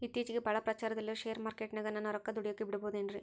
ಇತ್ತೇಚಿಗೆ ಬಹಳ ಪ್ರಚಾರದಲ್ಲಿರೋ ಶೇರ್ ಮಾರ್ಕೇಟಿನಾಗ ನನ್ನ ರೊಕ್ಕ ದುಡಿಯೋಕೆ ಬಿಡುಬಹುದೇನ್ರಿ?